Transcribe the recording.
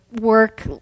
work